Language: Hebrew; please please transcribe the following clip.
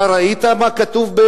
אתה ראית מה כתוב?